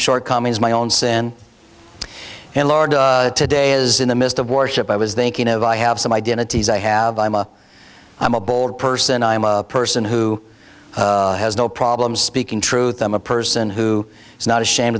shortcomings my own sin and today as in the midst of worship i was thinking of i have some identities i have i'm a i'm a board person i'm a person who has no problem speaking truth i'm a person who is not ashamed